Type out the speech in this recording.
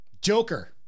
Joker